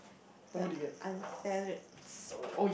the unsettled soul